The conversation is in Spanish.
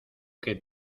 que